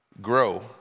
grow